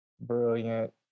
brilliant